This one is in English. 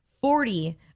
Forty